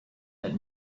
that